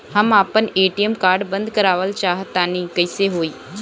हम आपन ATM card बंद करावल चाह तनि कइसे होई?